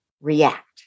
react